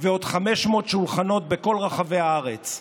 ועוד 500 שולחנות בכל רחבי הארץ: